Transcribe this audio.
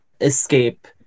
escape